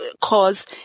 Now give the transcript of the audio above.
cause